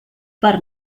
per